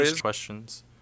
questions